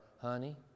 Honey